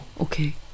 Okay